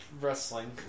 Wrestling